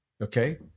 Okay